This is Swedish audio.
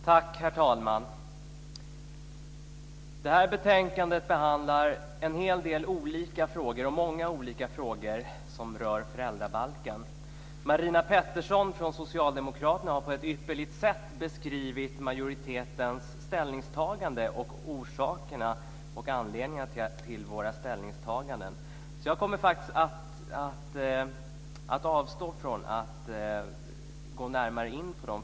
Herr talman! Det här betänkandet behandlar många olika frågor som rör föräldrabalken. Marina Pettersson från Socialdemokraterna har på ett ypperligt sätt beskrivit majoritetens ställningstagande i dessa frågor och orsakerna och anledningen till våra ställningstaganden. Jag kommer att avstå från att gå närmare in på dem.